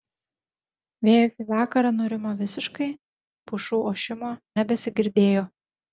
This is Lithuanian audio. vėjas į vakarą nurimo visiškai pušų ošimo nebesigirdėjo